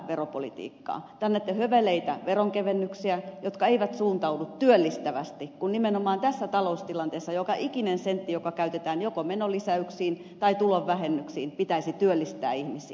te annatte höveleitä veronkevennyksiä jotka eivät suuntaudu työllistävästi kun nimenomaan tässä taloustilanteessa joka ikisen sentin joka käytetään joko menonlisäyksiin tai tulonvähennyksiin pitäisi työllistää ihmisiä